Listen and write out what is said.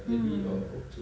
mm